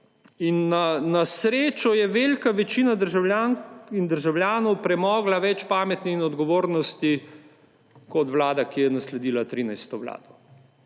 Na srečo je velika večina državljank in državljanov premogla več pameti in odgovornosti kot vlada, ki je nasledila 13. vlado,